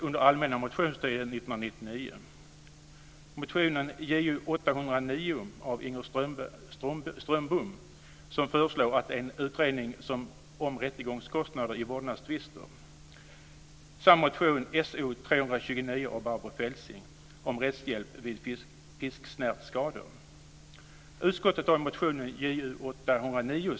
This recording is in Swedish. Utskottet avstyrker därför motion Ju15.